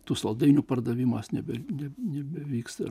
tų saldainių pardavimas nebevykdė nebevyksta